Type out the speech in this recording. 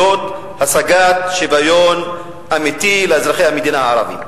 השגת שוויון אמיתי לאזרחי המדינה הערבים.